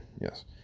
Yes